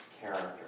character